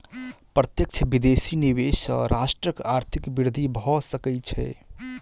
प्रत्यक्ष विदेशी निवेश सॅ राष्ट्रक आर्थिक वृद्धि भ सकै छै